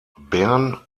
bern